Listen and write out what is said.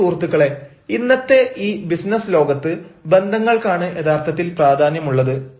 പ്രിയ സുഹൃത്തുക്കളെ ഇന്നത്തെ ഈ ബിസിനസ് ലോകത്ത് ബന്ധങ്ങൾക്കാണ് യഥാർത്ഥത്തിൽ പ്രാധാന്യമുള്ളത്